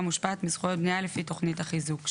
מושפעת מזכויות בניה לפי תכנית החיזוק".